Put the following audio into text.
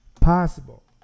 possible